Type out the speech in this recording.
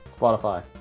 Spotify